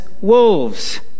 wolves